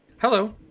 Hello